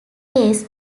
case